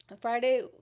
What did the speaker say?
friday